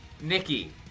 Nikki